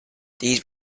these